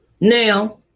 Now